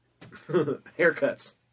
Haircuts